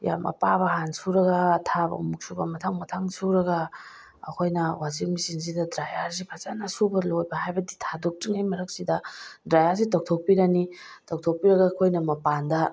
ꯌꯥꯝ ꯑꯄꯥꯕ ꯍꯥꯟꯅ ꯁꯨꯔꯒ ꯑꯊꯥꯕ ꯑꯃꯨꯛ ꯁꯨꯕ ꯃꯊꯪ ꯃꯊꯪ ꯁꯨꯔꯒ ꯑꯩꯈꯣꯏꯅ ꯋꯥꯁꯤꯡ ꯃꯦꯆꯤꯟꯁꯤꯗ ꯗ꯭ꯔꯥꯏꯌꯔꯁꯦ ꯐꯖꯅ ꯁꯨꯕ ꯂꯣꯏꯕ ꯍꯥꯏꯕꯗꯤ ꯊꯥꯗꯣꯛꯇ꯭ꯔꯤꯉꯩ ꯃꯔꯛꯁꯤꯗ ꯗ꯭ꯔꯥꯏꯌꯔꯁꯤ ꯇꯧꯊꯣꯛꯄꯤꯔꯅꯤ ꯇꯧꯊꯣꯛꯄꯤꯔꯒ ꯑꯩꯈꯣꯏꯅ ꯃꯄꯥꯟꯗ